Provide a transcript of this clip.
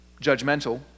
judgmental